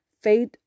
faith